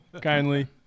Kindly